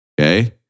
Okay